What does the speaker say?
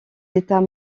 états